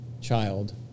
child